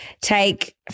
take